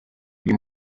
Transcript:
uyu